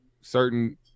certain